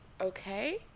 okay